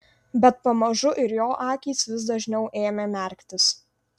bet pamažu ir jo akys vis dažniau ėmė merktis